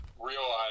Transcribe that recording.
realize